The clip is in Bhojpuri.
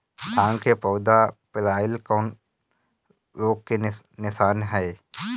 धान के पौधा पियराईल कौन रोग के निशानि ह?